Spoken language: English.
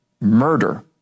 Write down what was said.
murder